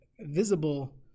visible